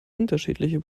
unterschiedliche